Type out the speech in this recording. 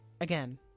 Again